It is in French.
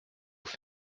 vous